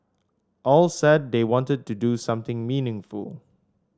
all said they wanted to do something meaningful